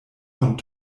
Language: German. von